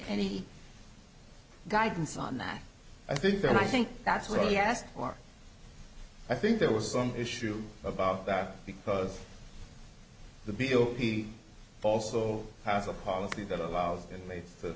any guidance on that i think that i think that's really asked for i think there was some issue about that because the bill he also has a policy that allows that made the